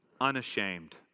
unashamed